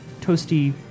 toasty